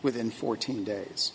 within fourteen days